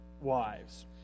wives